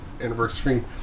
anniversary